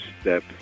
step